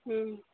हुँ